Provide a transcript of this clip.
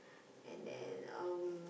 and then um